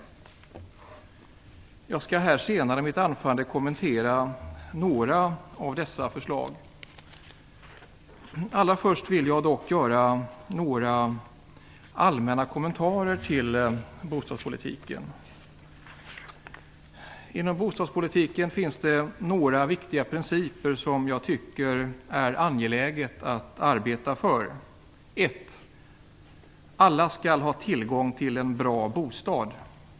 Jag skall här senare i mitt anförande kommentera några av dessa förslag. Allra först vill jag dock göra några allmänna kommentarer till bostadspolitiken. Inom bostadspolitiken finns det några viktiga principer som jag tycker det är angeläget att arbeta för. 1. Alla skall ha tillgång till en bra bostad.